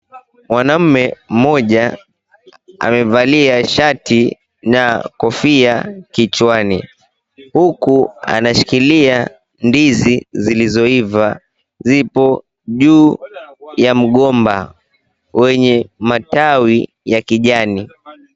Mwanaume mmoja amevalia shati na kofia kichwani huku anashikilia ndizi zilizo iva ziko juu ya mgomba wenye matawi ya kijani.